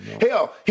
Hell